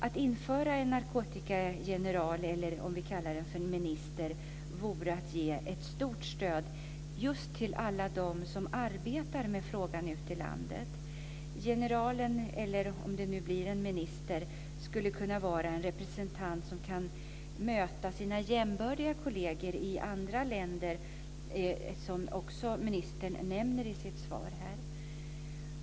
Att införa en narkotikageneral, eller om vi kallar det minister, vore att ge ett stort stöd just till alla dem som arbetar med frågan ute i landet. Generalen skulle kunna vara en representant som kunde möta sina jämbördiga kolleger i andra länder, vilket också socialministern nämner i sitt svar.